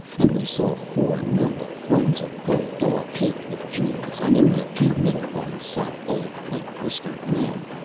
and we saw four noble thrones of gold, all caked with jewels, and in the two middle ones sat old white-whiskered men,